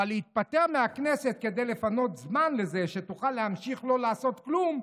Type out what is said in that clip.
אבל להתפטר מהכנסת כדי לפנות זמן לזה שתוכל להמשיך לא לעשות כלום,